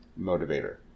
motivator